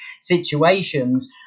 situations